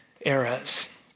eras